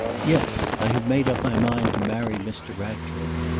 yes! i have made up my mind to marry mr. ratcliffe!